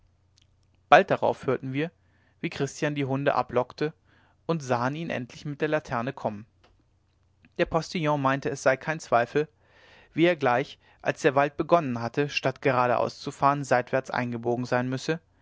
bald darauf hörten wir wie christian die hunde ablockte und sahen ihn endlich mit der laterne kommen der postillon meinte es sei kein zweifel wie er gleich als der wald begonnen statt geradeaus zu fahren seitwärts eingebogen sein müsse